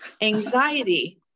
anxiety